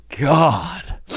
God